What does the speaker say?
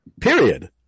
period